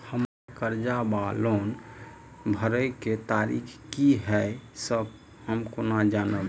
हम्मर कर्जा वा लोन भरय केँ तारीख की हय सँ हम केना जानब?